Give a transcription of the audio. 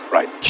Right